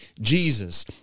Jesus